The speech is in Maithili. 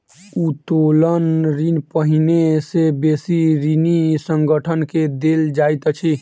उत्तोलन ऋण पहिने से बेसी ऋणी संगठन के देल जाइत अछि